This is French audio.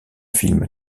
film